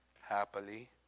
Happily